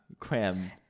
Cram